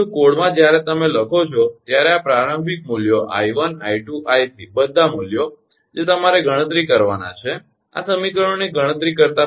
પરંતુ કોડમાં જ્યારે તમે લખો છો ત્યારે આ પ્રારંભિક મૂલ્યો 𝐼 𝐼 𝐼 બધા મૂલ્યો જે તમારે ગણતરી કરવાના છે આ સમીકરણોની ગણતરી કરતા પહેલા